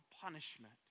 punishment